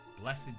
Blessed